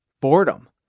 boredom